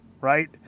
right